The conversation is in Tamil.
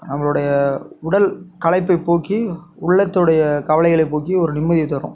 நம்மளுடைய உடல் களைப்பைப் போக்கி உள்ளத்தோடைய கவலைகளைப் போக்கி ஒரு நிம்மதியைத் தரும்